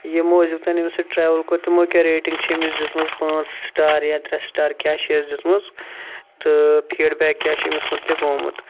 یِمو أزیُک تانۍ امس سۭتۍ ٹریٚوٕل کوٚر تِمو کیٛاہ ریٹِنٛگ چھِ أمس دِژمٕژ پانٛژھ سٹار یا ترٛےٚ سٹار کیٛاہ چھِ ہَس دِژمٕژ تہٕ فیٖڑبیک کیٛاہ چھُ امس مُتعلِق آمُت